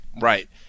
Right